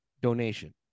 donation